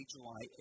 July